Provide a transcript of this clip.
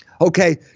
Okay